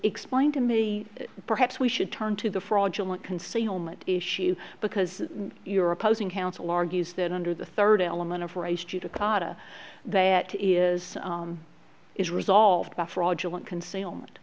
explain to me perhaps we should turn to the fraudulent concealment issue because you're opposing counsel argues that under the third element of race judicata that is is resolved by fraudulent concealment